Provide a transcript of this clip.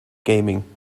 gaming